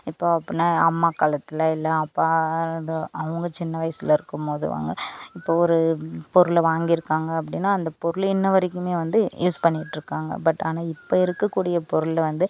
எப்போ அப்பிடின்னா அம்மா காலத்தில் இல்லை அப்பா எதோ அவங்க சின்ன வயசுல இருக்கும் போது வாங்குன இப்போ ஒரு பொருளை வாங்கிருக்காங்க அப்படின்னா அந்த பொருள் இன்ன வரைக்குமே வந்து யூஸ் பண்ணிட்டு இருக்காங்கள் பட் ஆனால் இப்போது இருக்கக்கூடிய பொருளை வந்து